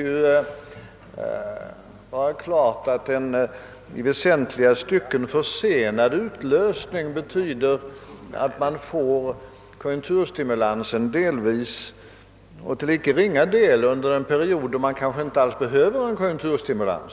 En sålunda i väsentliga stycken försenad utlösning innebär att man får konjunkturstimulansen delvis och till icke ringa del under en period då en konjunkturstimulans kanske inte alls behövs.